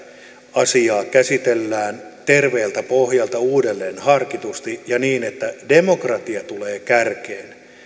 asiaa käsitellään terveeltä pohjalta uudelleen harkitusti ja niin että demokratia tulee kärkeen